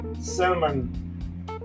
cinnamon